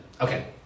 Okay